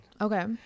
Okay